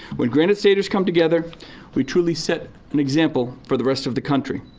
when granite staters come together we truly set an example for the rest of the country.